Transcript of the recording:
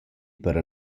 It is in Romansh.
per